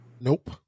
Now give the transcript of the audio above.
Nope